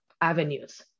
avenues